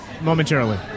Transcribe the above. momentarily